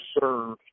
serve